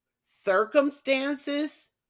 circumstances